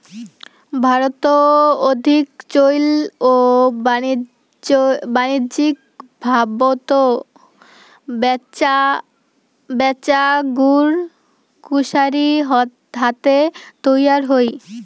ভারতত অধিক চৈল ও বাণিজ্যিকভাবত ব্যাচা গুড় কুশারি হাতে তৈয়ার হই